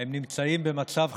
הם נמצאים במצב,